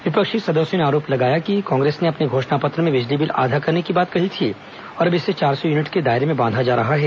विपक्षी सदस्यों ने आरोप लगाया कि कांग्रेस ने अपने घोषणा पत्र में बिजली बिल आधा करने की बात कही थी और अब इसे चार सौ यूनिट के दायरे में बांधा जा रहा है